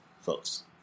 folks